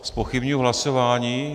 Zpochybňuji hlasování.